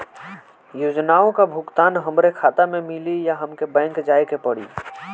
योजनाओ का भुगतान हमरे खाता में मिली या हमके बैंक जाये के पड़ी?